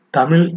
Tamil